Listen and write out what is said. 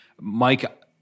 Mike